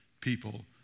people